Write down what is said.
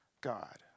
God